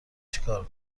چیکار